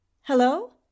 Hello